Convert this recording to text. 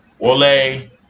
Olay